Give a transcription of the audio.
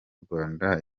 rwanda